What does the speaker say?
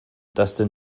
dustin